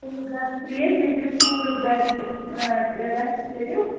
چیٚیِو گرم ترٛیش بیٚیہِ کَرِو پوٗرٕ بیٚڈ رِڈٕن ریٚسٹ کٔرِو